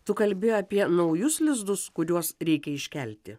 tu kalbi apie naujus lizdus kuriuos reikia iškelti